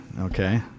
Okay